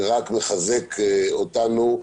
זה רק מחזק אותנו,